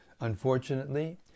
Unfortunately